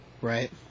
right